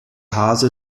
hase